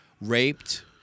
raped